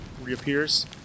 reappears